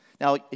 Now